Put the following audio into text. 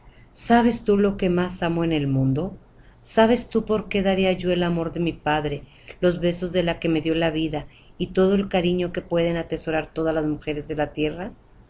sabes tú lo que más amo en este mundo sabes tú por qué daría yo el amor de mi padre los besos de la que me dió la vida y todo el cariño que pueden atesorar todas las mujeres de la tierra